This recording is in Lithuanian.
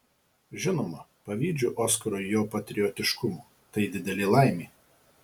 žinoma pavydžiu oskarui jo patriotiškumo tai didelė laimė